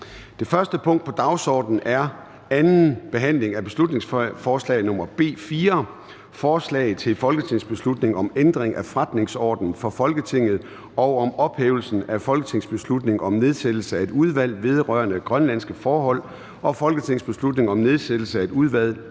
Det første punkt på dagsordenen er: 1) 2. (sidste) behandling af beslutningsforslag nr. B 4: Forslag til folketingsbeslutning om ændring af forretningsorden for Folketinget og om ophævelse af folketingsbeslutning om nedsættelse af et udvalg vedrørende grønlandske forhold og folketingsbeslutning om nedsættelse af et udvalg